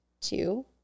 two